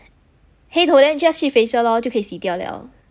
黑头 then just 去 facial lor 就可以洗掉了